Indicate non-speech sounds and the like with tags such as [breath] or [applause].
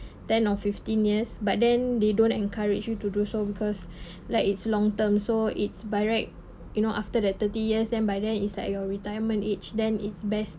ten or fifteen years but then they don't encourage you to do so because [breath] like it's long term so it's by right you know after that thirty years then by then is like your retirement age then it's best